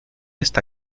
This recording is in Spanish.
esta